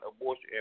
abortion